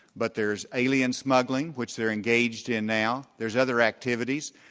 but there is alien smuggling which they're engaged in now. there's other activities.